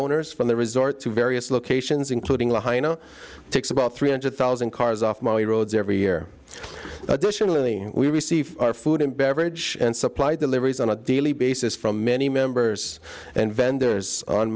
owners from the resort to various locations including a hyena takes about three hundred thousand cars off the roads every year additionally we receive our food and beverage and supply deliveries on a daily basis from many members and vendors on